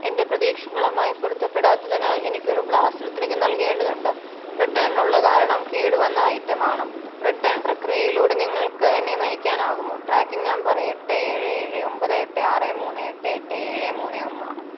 എൻ്റെ പ്രതീക്ഷകളുമായി പൊരുത്തപ്പെടാത്തതിനാൽ എനിക്കൊരു ബ്ലാസർ തിരികെ നൽകേണ്ടതുണ്ട് റിട്ടേണിനുള്ള കാരണം കേടുവന്ന ഐറ്റം ആണ് റിട്ടേൺ പ്രക്രിയയിലൂടെ നിങ്ങൾക്ക് എന്നെ നയിക്കാനാകുമോ ട്രാക്കിംഗ് നമ്പർ എട്ട് ഏഴ് ഏഴ് ഒമ്പത് എട്ട് ആറ് മൂന്ന് എട്ട് എട്ട് ഏഴ് മൂന്ന് ഒന്നാണ്